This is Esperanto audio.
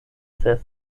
ses